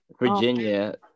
Virginia